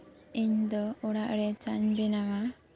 ᱤᱧ ᱫᱚ ᱚᱲᱟᱜ ᱨᱮ ᱪᱟᱧ ᱵᱮᱱᱟᱣᱟ